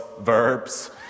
Verbs